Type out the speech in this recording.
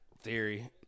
Theory